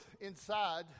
inside